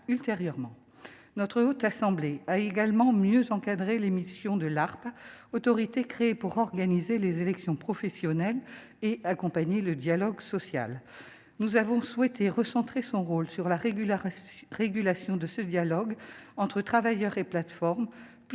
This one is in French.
ultérieurement. Notre Haute Assemblée a également mieux encadré les missions de l'ARPE, autorité créée pour organiser les élections professionnelles et accompagner le dialogue social. Nous avons souhaité recentrer son rôle sur la régulation de ce dialogue entre travailleurs et plateformes plutôt